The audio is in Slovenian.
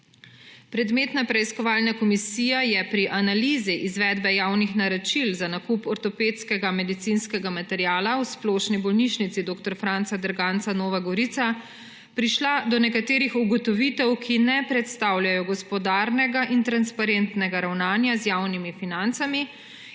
Predmetna preiskovalna komisija je pri analizi izvedbe javnih naročil za nakup ortopedskega medicinskega materiala v Splošni bolnišnici dr. Franca Derganca Nova Gorica prišla do nekaterih ugotovitev, ki ne predstavljajo gospodarnega in transparentnega ravnanja z javnimi financami